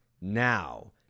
now